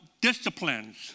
disciplines